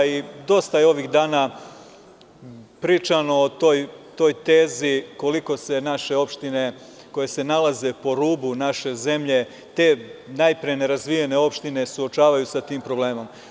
Dosta je ovih dana pričano o toj tezi, koliko se naše opštine koje se nalaze po rubu naše zemlje, te najpre nerazvijene opštine suočavaju sa tim problemom.